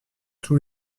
tous